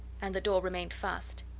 and the door remained fast.